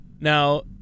Now